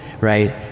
right